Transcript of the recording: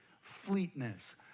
Fleetness